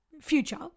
future